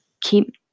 keep